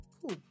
Cool